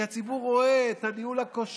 כי הציבור רואה את הניהול הכושל.